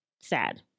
sad